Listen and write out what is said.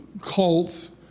cults